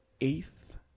eighth